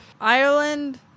Ireland